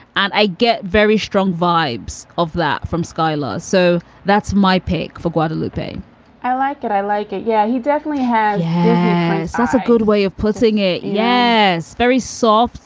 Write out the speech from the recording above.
and i get very strong vibes of that from skyler. so that's my pick for guadalupe i like it. i like it. yeah, he definitely has that's a good way of putting it. yeah yes, very soft